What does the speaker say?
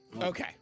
Okay